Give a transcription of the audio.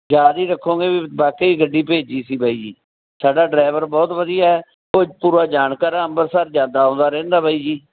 ਯਾਦ ਹੀ ਰੱਖੋਗੇ ਵੀ ਬਾਕਿਆ ਗੱਡੀ ਭੇਜੀ ਸੀ ਬਾਈ ਜੀ ਸਾਡਾ ਡਰਾਈਵਰ ਬਹੁਤ ਵਧੀਆ ਉਹ ਪੂਰਾ ਜਾਣਕਾਰ ਆ ਅੰਮ੍ਰਿਤਸਰ ਜਾਂਦਾ ਆਉਂਦਾ ਰਹਿੰਦਾ ਬਾਈ ਜੀ